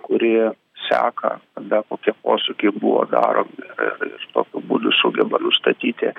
kurie seka kada kokie posūkiai buvo daromi ir ir tokiu būdu sugeba nustatyti